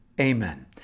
amen